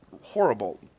horrible